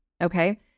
Okay